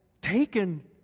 taken